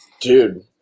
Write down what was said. Dude